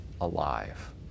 alive